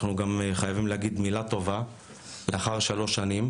אנחנו גם חייבים להגיד מילה טובה לאחר שלוש שנים,